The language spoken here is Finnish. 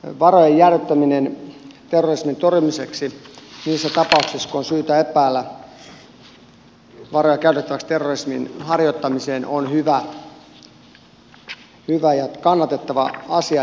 hallituksen esitys varojen jäädyttämisestä terrorismin torjumiseksi niissä tapauksissa kun on syytä epäillä varoja käytettävän terrorismin harjoittamiseen on hyvä ja kannatettava asia